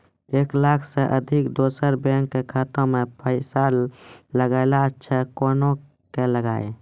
एक लाख से अधिक दोसर बैंक के खाता मे पैसा लगाना छै कोना के लगाए?